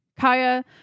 Kaya